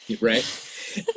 right